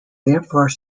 therefore